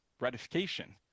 ratification